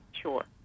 Sure